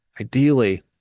ideally-